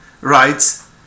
writes